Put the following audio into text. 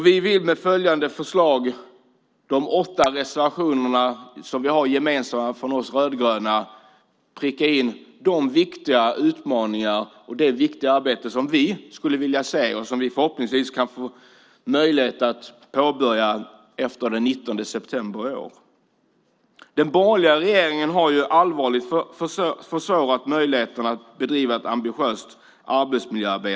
Vi vill med följande förslag i de åtta reservationerna som är gemensamma från oss rödgröna pricka in de viktiga utmaningar och det viktiga arbete som vi skulle vilja se och som vi förhoppningsvis får möjlighet att påbörja efter den 19 september i år. Den borgerliga regeringen har allvarligt försvårat möjligheterna att bedriva att ambitiöst arbetsmiljöarbete.